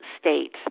state